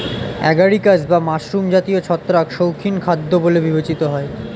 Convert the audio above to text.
agaricus বা mushroom জাতীয় ছত্রাক শৌখিন খাদ্য বলে বিবেচিত হয়